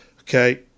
okay